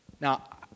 Now